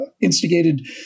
instigated